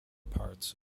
parts